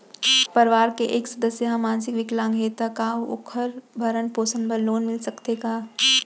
परवार के एक सदस्य हा मानसिक विकलांग हे त का वोकर भरण पोषण बर लोन मिलिस सकथे का?